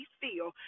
feel